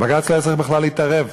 בג"ץ לא היה צריך בכלל להתערב.